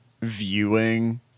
viewing